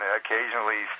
occasionally